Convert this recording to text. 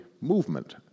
movement